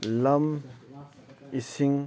ꯂꯝ ꯏꯁꯤꯡ